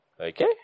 Okay